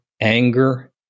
anger